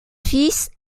fils